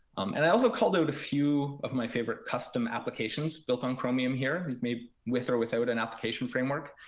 and i also called out a few of my favorite custom applications built on chromium here, that's made with or without an application framework.